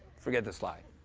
forget the slide.